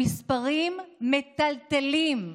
המספרים מטלטלים: